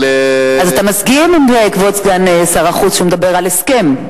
אז אתה מסכים עם כבוד סגן שר החוץ כשהוא מדבר על הסכם?